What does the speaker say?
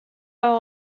are